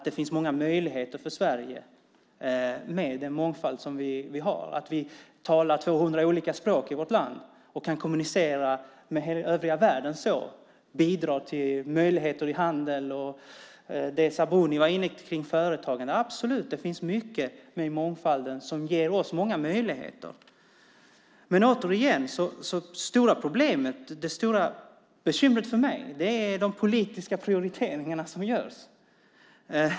Det finns många möjligheter för Sverige med den mångfald som vi har. Vi talar 200 olika språk i vårt land och kan kommunicera med övriga världen. Det bidrar till möjligheter i handel och företagande, som Sabuni var inne på. Så är det absolut. Det finns mycket med mångfalden som ger oss många möjligheter. Det stora problemet och bekymret för mig är de politiska prioriteringar som görs.